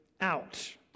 out